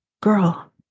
girl